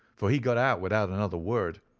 for he got out without another word,